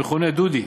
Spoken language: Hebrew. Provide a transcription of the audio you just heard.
המכונה דודי.